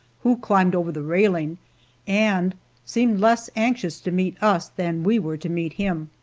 who climbed over the railing and seemed less anxious to meet us than we were to meet him.